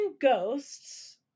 ghosts